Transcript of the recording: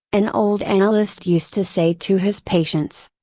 an old analyst used to say to his patients.